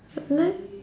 what